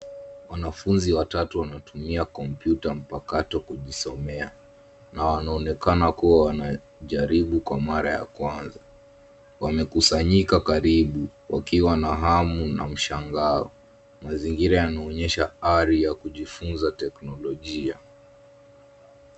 Wanafunzi watatu wanatumia kompyuta mpakato kujisomea na wanaonekana kuwa wanajaribu kwa mara ya kwanza. Wamekusanyika karibu wakiwa na hamu na mshangao. Mazingira yanaonyesha ari ya kujifunza teknolojia.